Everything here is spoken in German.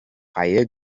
reihe